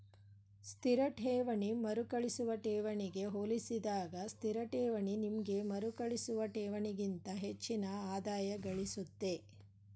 ಸ್ಥಿರ ಠೇವಣಿ ಮರುಕಳಿಸುವ ಠೇವಣಿಗೆ ಹೋಲಿಸಿದಾಗ ಸ್ಥಿರಠೇವಣಿ ನಿಮ್ಗೆ ಮರುಕಳಿಸುವ ಠೇವಣಿಗಿಂತ ಹೆಚ್ಚಿನ ಆದಾಯಗಳಿಸುತ್ತೆ